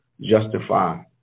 justify